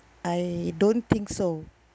I don't think so